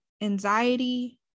anxiety